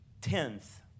tenth